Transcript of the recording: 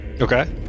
Okay